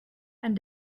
and